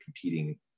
competing